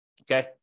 Okay